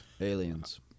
Aliens